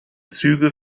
züge